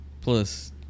plus